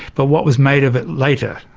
but what was made of it later.